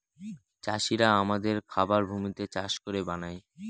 চাষিরা আমাদের খাবার ভূমিতে চাষ করে বানায়